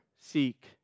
seek